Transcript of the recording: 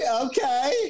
Okay